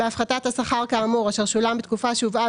בהפחתת השכר כאמור אשר שולם בתקופה שהובאה